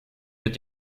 wird